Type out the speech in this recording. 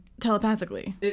Telepathically